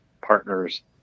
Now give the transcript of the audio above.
partners